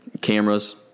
cameras